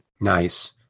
Nice